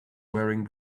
wearing